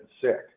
sick